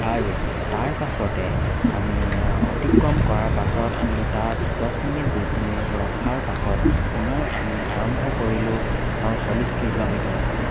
আৰু তাৰপাছতে আমি অতিক্ৰম কৰাৰ পাছত আমি তাত দছ মিনিট বিছ মিনিট ৰখাৰ পাছত পুনৰ আমি আৰম্ভ কৰিলোঁ চল্লিছ কিলোমিটাৰৰ পৰা